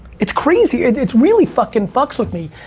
it's crazy. it's really fucking fucks with me.